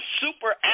super